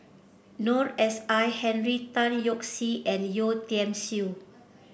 Noor S I Henry Tan Yoke See and Yeo Tiam Siew